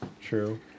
True